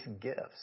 gifts